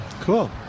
Cool